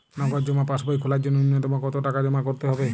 নগদ জমা পাসবই খোলার জন্য নূন্যতম কতো টাকা জমা করতে হবে?